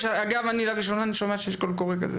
אגב, לראשונה אני שומע שיש קול קורא כזה.